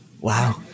Wow